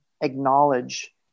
acknowledge